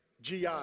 GI